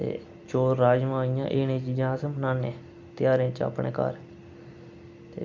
ते चौल राजमां एह् जेही चीज़ां अस नुआने ध्यारें च अपने घर